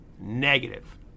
Negative